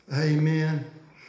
Amen